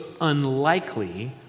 unlikely